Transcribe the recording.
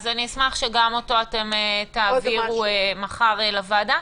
אשמח שגם אותו אתם תעבירו מחר לוועדה.